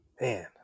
Man